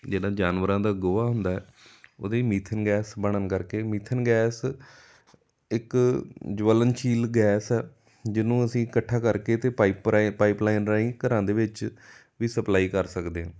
ਜਿੱਦਾਂ ਜਾਨਵਰਾਂ ਦਾ ਗੋਹਾ ਹੁੰਦਾ ਉਹਦੀ ਮੀਥੇਨ ਗੈਸ ਬਣਨ ਕਰਕੇ ਮੀਥੇਨ ਗੈਸ ਇੱਕ ਜਵਲਨਸ਼ੀਲ ਗੈਸ ਹੈ ਜਿਹਨੂੰ ਅਸੀਂ ਇਕੱਠਾ ਕਰਕੇ ਅਤੇ ਪਾਈਪ ਰਾਹੀ ਪਾਈਪ ਲਾਈਨ ਰਾਹੀਂ ਘਰਾਂ ਦੇ ਵਿੱਚ ਵੀ ਸਪਲਾਈ ਕਰ ਸਕਦੇ ਹਾਂ